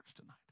tonight